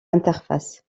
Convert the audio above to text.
interface